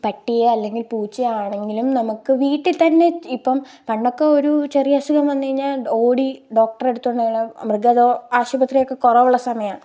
പട്ടിയെ അല്ലെങ്കിൽ പൂച്ചയെ ആണെങ്കിലും നമുക്ക് വീട്ടിൽ തന്നെ ഇപ്പം പണ്ടൊക്കെ ഒരു ചെറിയ അസുഖം വന്നു കഴിഞ്ഞാൽ ഓടി ഡോക്ടറുടെ അടുത്ത് കൊണ്ടു പോകണം മൃഗ ആശുപത്രിയൊക്കെ കുറവുള്ള സമയമാണ്